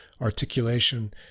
articulation